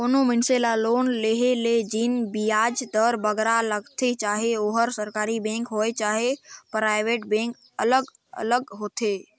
कोनो मइनसे ल लोन लोहे में जेन बियाज दर बगरा लगथे चहे ओहर सरकारी बेंक होए चहे पराइबेट बेंक अलग अलग होथे